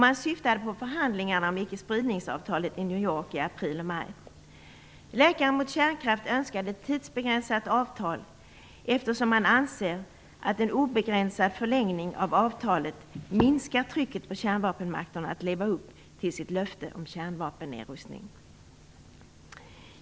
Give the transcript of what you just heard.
Man syftade på förhandlingarna om icke-spridningsavtalet i Svenska läkare mot kärnkraft önskade ett tidsbegränsat avtal, eftersom man anser att en obegränsad förlängning av avtalet minskar trycket på kärnvapenmakterna att leva upp till sitt löfte om kärnvapennedrustning.